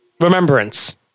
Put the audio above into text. Remembrance